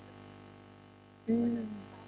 mm